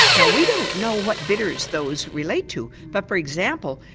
now we don't know what bitters those relate to but, for example,